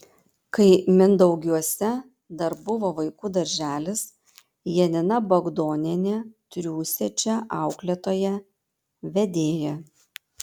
kai mindaugiuose dar buvo vaikų darželis janina bagdonienė triūsė čia auklėtoja vedėja